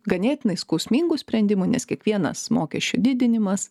ganėtinai skausmingų sprendimų nes kiekvienas mokesčių didinimas